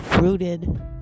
rooted